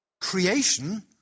Creation